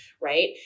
right